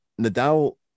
Nadal